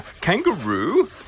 Kangaroo